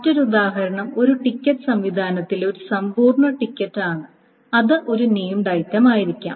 മറ്റൊരു ഉദാഹരണം ഒരു ടിക്കറ്റ് സംവിധാനത്തിലെ ഒരു സമ്പൂർണ്ണ ടിക്കറ്റ് ആണ് അത് ഒരു നേംഡ് ഐറ്റമായിരിക്കാം